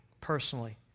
personally